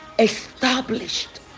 established